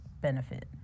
benefit